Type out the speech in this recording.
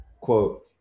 quote